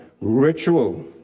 ritual